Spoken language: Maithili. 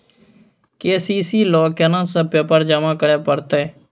के.सी.सी ल केना सब पेपर जमा करै परतै?